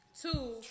Two